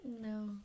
No